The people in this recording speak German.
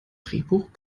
drehbuch